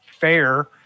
fair